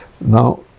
Now